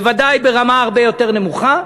בוודאי הוא ברמה הרבה יותר נמוכה.